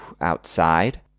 outside